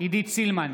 עידית סילמן,